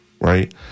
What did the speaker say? Right